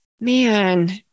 Man